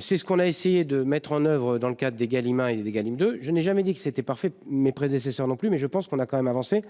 C'est ce qu'on a essayé de mettre en oeuvre dans le cadre des Gallimard et des dégâts de je n'ai jamais dit que c'était parfait mes prédécesseurs non plus mais je pense qu'on a quand même avancé